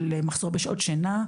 של מחסור בשעות שינה,